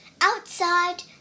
Outside